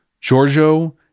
Giorgio